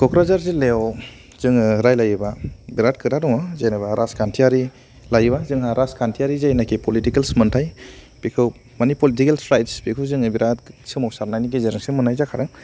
क'क्राझार जिल्लायाव जोङो रायज्लायोबा बिरात खोथा दङ जेनेबा राजखान्थिआरि लायोबा जोंहा राजखान्थियारि जायनोखि पलिटिकेल मोन्थाय बेखौ माने पलिटिकेल राइट्स बेखौ जोङो बिरात सोमावसारनायनि गेजेरजोंसो मोननाय जाखादों